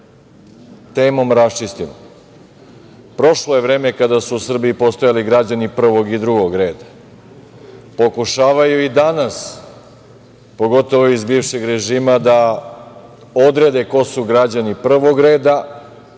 temom raščistimo. Prošlo je vreme kada su u Srbiji postojali građani prvog i drugog reda. Pokušavaju i danas, pogotovo ovi iz bivšeg režima da odrede ko su građani prvog reda.